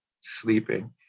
sleeping